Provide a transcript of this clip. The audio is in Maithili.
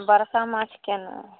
बड़का माँछ कोना